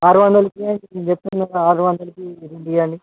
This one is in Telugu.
ఆరు వందలకి నేను చెప్పాను కదా ఆరు వందలకి రెండు ఇవ్వండి